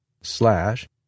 slash